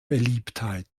beliebtheit